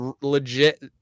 legit